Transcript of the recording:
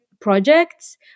projects